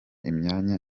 imyanda